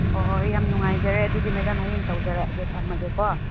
ꯍꯣꯍꯣꯏ ꯌꯥꯝ ꯅꯨꯡꯉꯥꯏꯖꯔꯦ ꯑꯗꯨꯗꯤ ꯃꯦꯗꯥꯝ ꯍꯌꯦꯡ ꯇꯧꯖꯔꯛꯑꯒꯦ ꯊꯝꯃꯒꯦꯀꯣ